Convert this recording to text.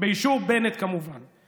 באישור בנט, כמובן.